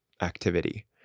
activity